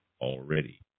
already